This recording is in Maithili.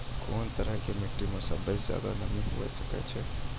कोन तरहो के मट्टी मे सभ्भे से ज्यादे नमी हुये सकै छै?